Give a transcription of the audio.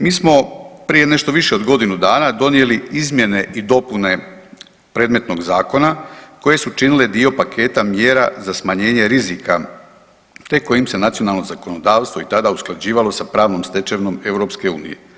Mi smo prije nešto više od godinu dana donijeli izmjene i dopune predmetnog zakona koje su činile dio paketa mjera za smanjenje rizika te kojim se nacionalno zakonodavstvo i tada usklađivalo sa pravnom stečevinom EU.